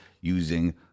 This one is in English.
using